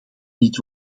niet